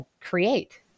create